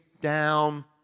down